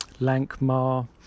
Lankmar